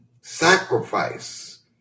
sacrifice